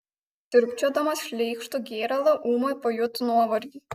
siurbčiodamas šleikštų gėralą ūmai pajuto nuovargį